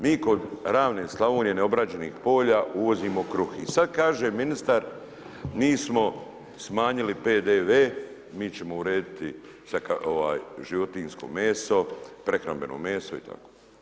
Mi kod ravne Slavonije, neobrađenih polja uvozimo kruh i sada kaže ministar, mi smo smanjili PDV mi ćemo urediti životinjsko meso, prehrambeno meso itd.